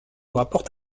rapporte